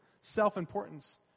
self-importance